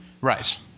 Right